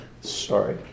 Sorry